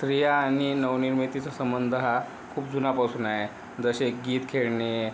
स्त्रिया आणि नव निर्मितीचा संबंध हा खूप जुनापासून आहे जसे गीत खेळणे